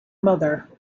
mother